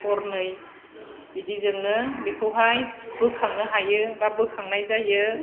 हरनै बिदिजोंनो बेखौहाय बोखांनो हायो बा बोखांनाय जायो